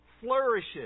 flourishes